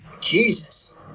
jesus